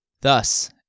Thus